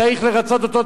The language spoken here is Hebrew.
צריך לרצות אותו,